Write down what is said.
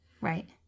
Right